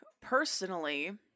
personally